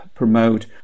promote